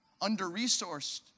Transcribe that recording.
under-resourced